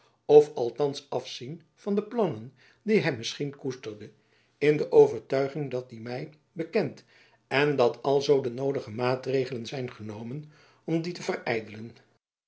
of althands afzien van de plannen die hy misschien koesterde in de overtuiging dat die my bekend en dat alzoo de noodige maatregelen zijn genomen om die te verydelen